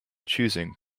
choosing